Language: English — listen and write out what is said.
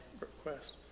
request